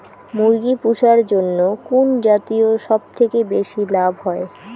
মুরগি পুষার জন্য কুন জাতীয় সবথেকে বেশি লাভ হয়?